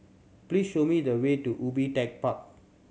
please show me the way to Ubi Tech Park